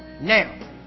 now